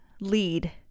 lead